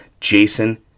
Jason